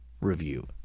review